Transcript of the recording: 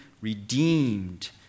redeemed